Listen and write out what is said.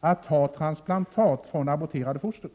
att ta transplantat från aborterade foster.